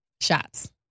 shots